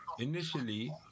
Initially